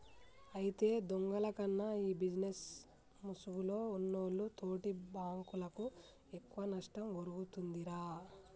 అయితే దొంగల కన్నా ఈ బిజినేస్ ముసుగులో ఉన్నోల్లు తోటి బాంకులకు ఎక్కువ నష్టం ఒరుగుతుందిరా